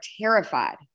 terrified